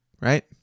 right